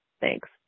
Thanks